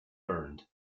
burned